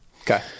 Okay